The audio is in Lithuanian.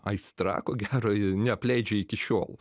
aistra ko gero ji neapleidžia iki šiol